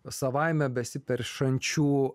savaime besiperšančių